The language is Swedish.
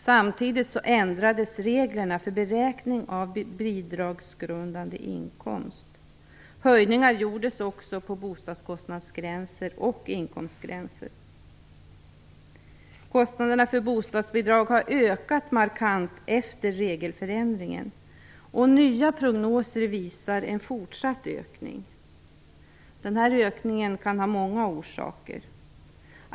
Samtidigt ändrades reglerna för beräkning av bidragsgrundande inkomst. Höjningar gjordes också av bostadskostnadsgränser och inkomstgränser. Kostnaderna för bostadsbidrag har ökat markant efter regelförändringen, och nya prognoser visar en fortsatt ökning. Denna ökning kan ha många orsaker.